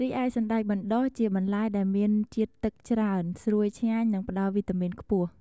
រីឯសណ្តែកបណ្តុះ ជាបន្លែដែលមានជាតិទឹកច្រើន ស្រួយឆ្ងាញ់ និងផ្តល់វីតាមីនខ្ពស់។